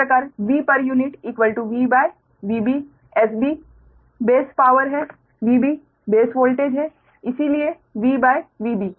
इसी प्रकार VpuV VB 𝑺𝑩 base power है 𝑽𝑩 बेस वोल्टेज है इसलिए V VB